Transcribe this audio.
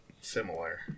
Similar